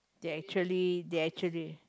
they actually they actually